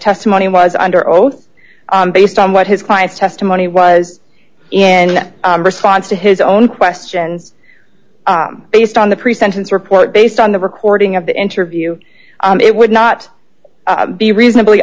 testimony was under oath and based on what his client's testimony was and response to his own questions based on the pre sentence report based on the recording of the interview it would not be reasonably